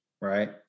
right